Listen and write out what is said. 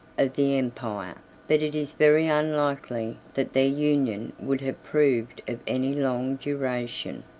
of the empire but it is very unlikely that their union would have proved of any long duration.